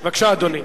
בבקשה, אדוני.